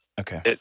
Okay